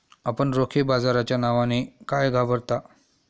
आपण रोखे बाजाराच्या नावाने का घाबरता?